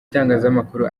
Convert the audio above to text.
itangazamakuru